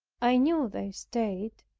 i knew their state,